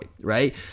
right